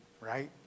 Right